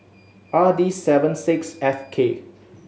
R D seven six F K